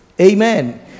Amen